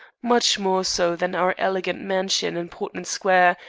much more so than our elegant mansion in portman square,